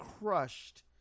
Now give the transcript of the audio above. crushed